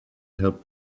helped